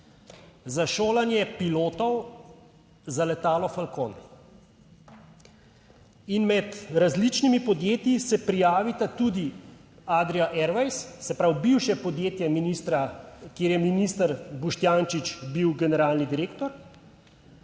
za šolanje pilotov za letalo Falcon. In med različnimi podjetji se prijavita tudi Adria Airways, se pravi, bivše podjetje ministra, kjer je minister Boštjančič bil generalni direktor